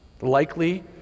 likely